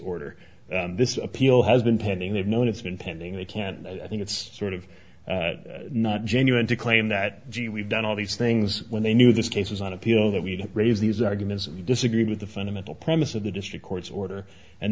order this appeal has been pending they've known it's been pending they can't i think it's sort of not genuine to claim that gee we've done all these things when they knew this case was on appeal that we didn't raise these arguments and you disagree with the fundamental premise of the district court's order and